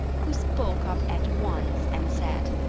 who spoke up at once and said,